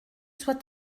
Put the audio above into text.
soit